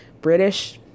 British